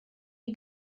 die